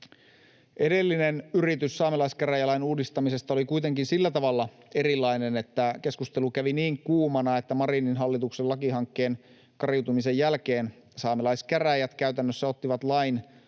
Edellinen yritys saamelaiskäräjälain uudistamisesta oli kuitenkin sillä tavalla erilainen, että keskustelu kävi niin kuumana, että Marinin hallituksen lakihankkeen kariutumisen jälkeen saamelaiskäräjät käytännössä ottivat lain